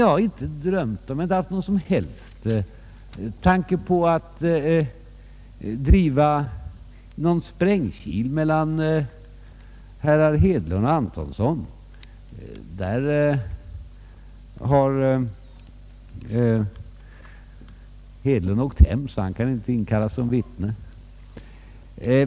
Jag har inte haft någon som helst tanke på att driva in en sprängkil mellan herrar Hedlund och Antonsson. Herr Hedlund lär ha åkt hem, så han kan inte inkallas som vittne.